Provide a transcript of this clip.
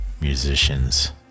musicians